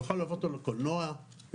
לקולנוע,